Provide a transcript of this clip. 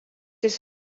jis